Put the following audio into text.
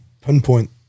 pinpoint